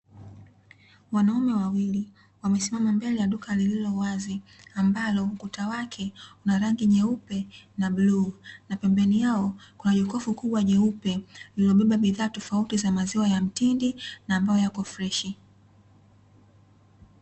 Wanaume wawili wamesimama mbele ya duka lililo wazi, ambalo kutawake una rangi nyeupe na bluu na pembeni yao kuna jokofu kubwa jeupe lililobeba bidhaa tofauti za maziwa ya mtindi na ambayo yako freshi.